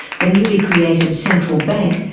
the newly created central bank,